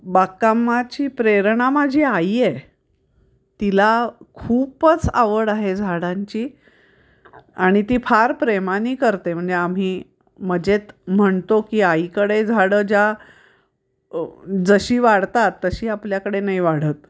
बागकामाची प्रेरणा माझी आई आहे तिला खूपच आवड आहे झाडांची आणि ती फार प्रेमानी करते म्हणजे आम्ही मजेत म्हणतो की आईकडे झाडं ज्या जशी वाढतात तशी आपल्याकडे नाही वाढत